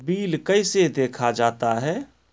Bill कैसे देखा जाता हैं?